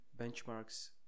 benchmarks